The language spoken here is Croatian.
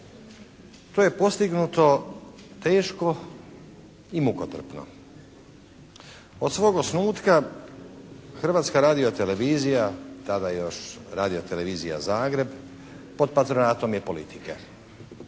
To je postignuto teško i mukotrpno. Od svog osnutka Hrvatska radiotelevizija, tada još Radiotelevizija Zagreb pod patronatom je politike.